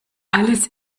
alles